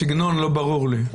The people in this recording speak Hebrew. הסגנון לא ברור לי.